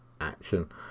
action